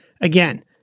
Again